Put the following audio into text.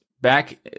back